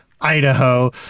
Idaho